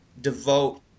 devote